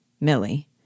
Millie